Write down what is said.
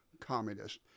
communists